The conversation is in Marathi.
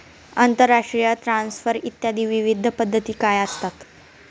आंतरराष्ट्रीय ट्रान्सफर इत्यादी विविध पद्धती काय असतात?